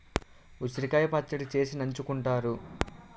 ఉసిరికాయ పచ్చడి చేసి నంచుకుంతారు